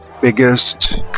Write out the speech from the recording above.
biggest